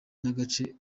n’agace